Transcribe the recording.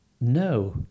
No